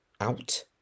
out